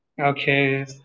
Okay